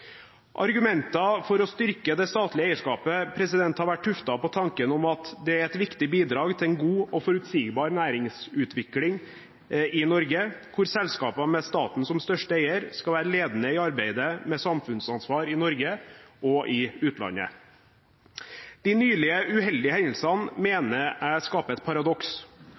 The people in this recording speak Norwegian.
for å styrke det statlige eierskapet har vært tuftet på tanken om at det er et viktig bidrag til en god og forutsigbar næringsutvikling i Norge, hvor selskaper med staten som største eier skal være ledende i arbeidet med samfunnsansvar i Norge og i utlandet. De nylige uheldige hendelsene mener jeg skaper et paradoks.